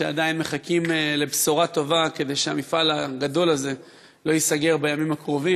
שעדיין מחכים לבשורה טובה כדי שהמפעל הגדול הזה לא ייסגר בימים הקרובים,